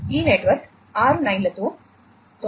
ఈ నెట్వర్క్ 6 నైన్లలో 99